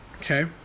Okay